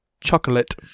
chocolate